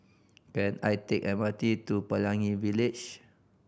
can I take M R T to Pelangi Village